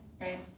Right